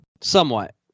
Somewhat